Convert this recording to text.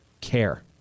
care